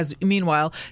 Meanwhile